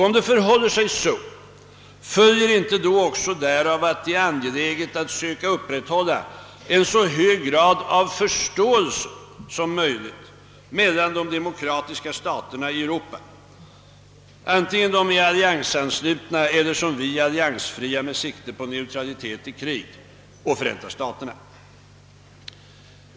Om det förhåller sig så, följer inte då också därav att det är angeläget att söka upprätthålla en så hög grad av förståelse som möjligt mellan de demokratiska staterna i Europa — antingen de är alliansanslutna eller som vi alliansfria med sikte på neutralitet i krig — och Förenta staterna?